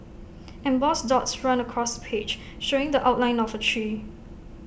embossed dots run across the page showing the outline of A tree